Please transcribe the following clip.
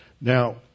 Now